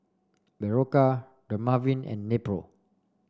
Berocca Dermaveen and Nepro